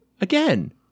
again